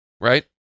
right